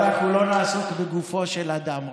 אנחנו לא נעסוק בגופו של אדם,